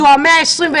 זו המאה ה-21,